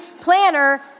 planner